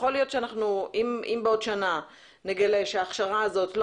יכול להיות ואם בעוד שנה נגלה שההכשרה הזאת לא